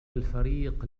الفريق